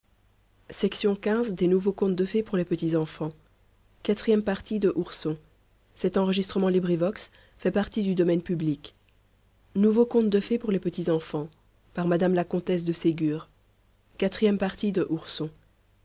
bibliothèque nationale de france bnfgallica nouveaux contes de fées pour les petits enfants par mme la comtesse de ségur née